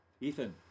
Ethan